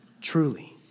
truly